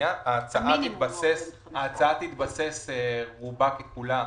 ההצעה תתבסס, רובה ככולה,